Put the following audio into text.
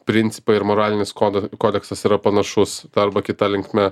principai ir moralinis kod kodeksas yra panašus ta arba kita linkme